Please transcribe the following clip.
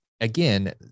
Again